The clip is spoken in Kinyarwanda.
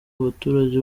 abaturage